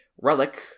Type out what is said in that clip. Relic